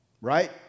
Right